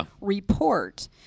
report